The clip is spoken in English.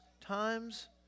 times